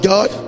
God